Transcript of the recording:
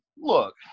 Look